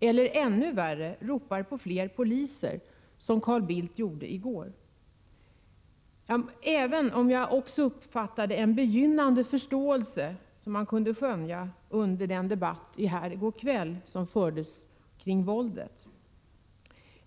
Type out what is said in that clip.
Eller också — ännu värre — ropar man på fler poliser, som Carl Bildt gjorde i går. Ändå kunde jag skönja en begynnande förståelse i den debatt som fördes i går kväll kring våldet.